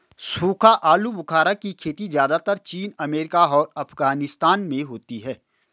सूखा आलूबुखारा की खेती ज़्यादातर चीन अमेरिका और अफगानिस्तान में होती है